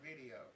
video